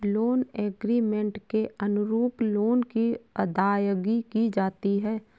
loan agreement के अनुरूप loan की अदायगी की जाती है